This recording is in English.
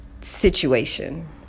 situation